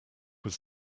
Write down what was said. was